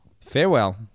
Farewell